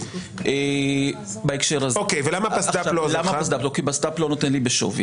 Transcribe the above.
למה פסד"פ לא נכנס?